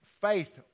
faith